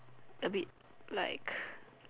a bit like